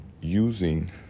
using